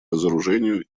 разоружению